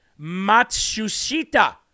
Matsushita